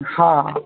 हां